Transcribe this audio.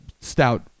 Stout